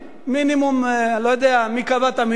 מינימום, אני לא יודע מי קבע את המינימום.